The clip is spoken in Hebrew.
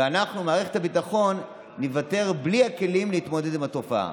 ואנחנו במערכת הביטחון ניוותר בלי הכלים להתמודד עם התופעה".